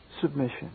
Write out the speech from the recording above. submission